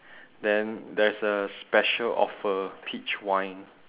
then there's a special offer peach wine